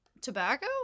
tobacco